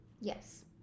Yes